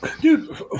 Dude